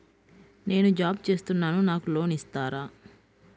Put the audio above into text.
నేను జాబ్ చేస్తున్నాను నాకు లోన్ ఇస్తారా?